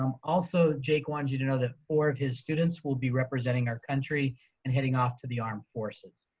um also, jake wants you to know that four of his students will be representing our country and heading off to the armed forces.